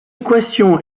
équation